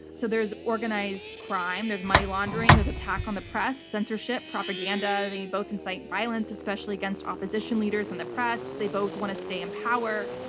so there's organized crime, there's money laundering, there's attacks on the press, censorship, propaganda, they both incite violence-especially against opposition leaders and the press. they both want to stay in power.